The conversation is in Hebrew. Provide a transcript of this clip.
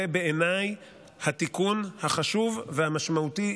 זה בעיניי התיקון החשוב והמשמעותי